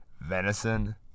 venison